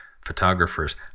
photographers